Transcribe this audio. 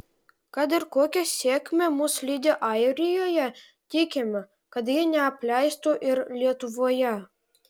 kad ir kokia sėkmė mus lydi airijoje tikime kad ji neapleistų ir lietuvoje